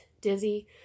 dizzy